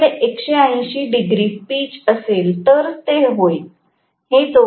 माझ्याकडे 180 degree pitch असेल तरच हे होईल